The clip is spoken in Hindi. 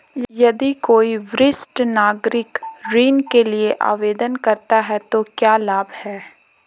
यदि कोई वरिष्ठ नागरिक ऋण के लिए आवेदन करता है तो क्या लाभ हैं?